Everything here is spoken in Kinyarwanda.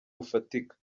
bufatika